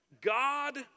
God